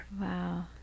Wow